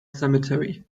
cemetery